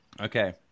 Okay